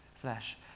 flesh